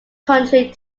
country